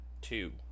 two